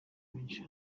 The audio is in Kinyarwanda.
benshi